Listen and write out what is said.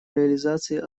реализации